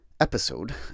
Episode